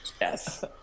yes